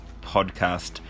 podcast